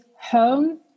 home